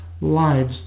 lives